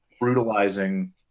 brutalizing